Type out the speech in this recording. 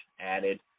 added